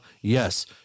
Yes